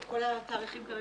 אז כרגע כל התאריכים מבוטלים?